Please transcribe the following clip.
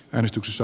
järistyksessä